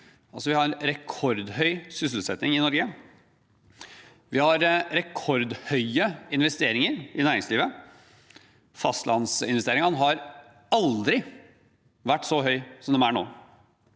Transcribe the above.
en rekordhøy sysselsetting i Norge. Vi har rekordhøye investeringer i næringslivet. Fastlandsinvesteringene har aldri vært så høye som de er nå.